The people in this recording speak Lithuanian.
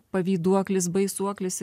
pavyduoklis baisuoklis